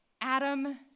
Adam